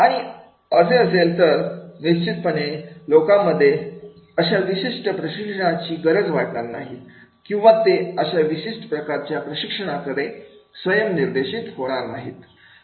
आणि असे असेल तर निश्चितपणे लोकांमध्ये अशा विशिष्ट प्रशिक्षणाची गरज वाटणार नाही किंवा ते अशा विशिष्ट प्रकारच्या प्रशिक्षणाकडे स्वयम् निर्देशीत होणार नाहीत